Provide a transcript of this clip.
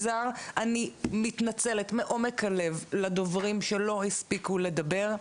אני מתנצלת מעומק הלב לדוברים שלא הספיקו לדבר,